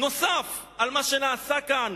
נוסף על מה שנעשה כאן